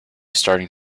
starting